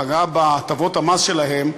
פגעה בהטבות המס שלהם,